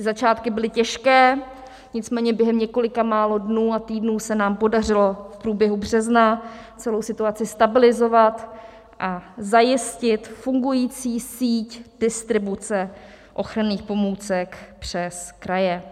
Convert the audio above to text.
Začátky byly těžké, nicméně během několika málo dnů a týdnů se nám podařilo v průběhu března celou situaci stabilizovat a zajistit fungující síť distribuce ochranných pomůcek přes kraje.